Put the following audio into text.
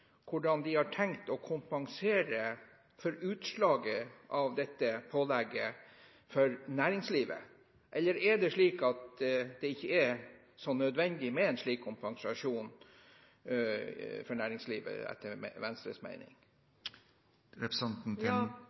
hvordan de har tenkt å kompensere for utslaget av dette pålegget for næringslivet? Eller er det slik at det ikke er så nødvendig med en slik kompensasjon for næringslivet etter Venstres mening? Det er rett som representanten